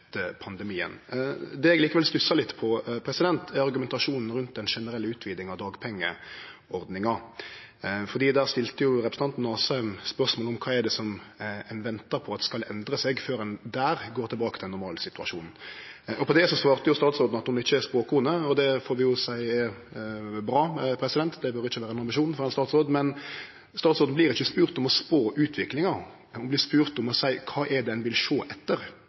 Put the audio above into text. argumentasjonen rundt den generelle utvidinga av dagpengeordninga. Der stilte representanten Asheim spørsmål om kva det er ein ventar på at skal endre seg før ein der går tilbake til ein normal situasjon. På det svarte statsråden at ho ikkje er spåkone, og det får vi seie er bra. Det bør ikkje vere ein ambisjon for ein statsråd, men statsråden vert ikkje spurd om å spå utviklinga. Ho vert spurd om å seie kva ein vil sjå etter,